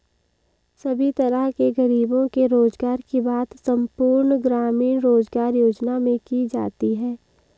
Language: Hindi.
सभी तरह के गरीबों के रोजगार की बात संपूर्ण ग्रामीण रोजगार योजना में की जाती है